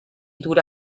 dura